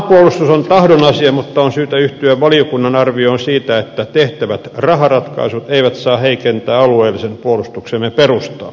maanpuolustus on tahdon asia mutta on syytä yhtyä valiokunnan arvioon siitä että tehtävät raharatkaisut eivät saa heikentää alueellisen puolustuksemme perustaa